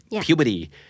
Puberty